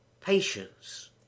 patience